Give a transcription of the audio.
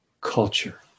culture